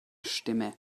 stimme